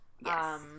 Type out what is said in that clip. Yes